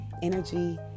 energy